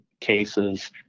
cases